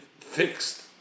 fixed